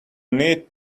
neat